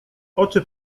oczy